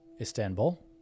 Istanbul